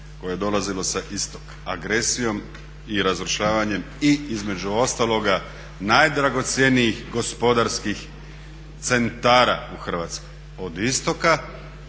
koje je dolazilo sa istoka, agresijom i razrušavanjem i između ostaloga najdragocjenijih gospodarskih centara u Hrvatskoj